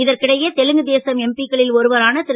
இதற்கிடையே தெலுங்குதேசம் எம்பி க்களில் ஒருவரான ரு